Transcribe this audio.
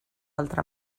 altre